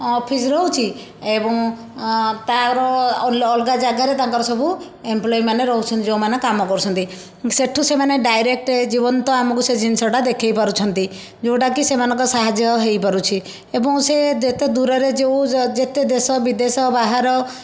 office ରହୁଛି ଏବଂ ତାର ଅ ଅ ଅଲଗା ଜାଗାରେ ତାଙ୍କର ସବୁ ଏମ୍ପ୍ଲୋୟୀ ମାନେ ରହୁଛନ୍ତି ଯେଉଁମାନେ କାମ କରୁଛନ୍ତି ସେଇଠୁ ସେମାନେ ଡାଇରେକ୍ଟ ଜୀବନ୍ତ ଆମକୁ ସେ ଜିନିଷ ଟା ଦେଖାଇ ପାରୁଛନ୍ତି ଯେଉଁଟା କି ସେମାନଙ୍କ ସାହାଯ୍ୟ ହେଇପାରୁଛି ଏବଂ ସେ ଯେତେ ଦୂରରେ ଯେଉଁ ଯେତେ ଦେଶ ବିଦେଶ ବାହାର